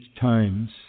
times